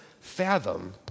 fathom